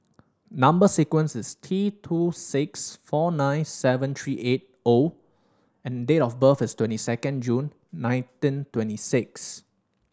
number sequence is T two six four nine seven three eight O and date of birth is twenty second June nineteen twenty six